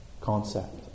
concept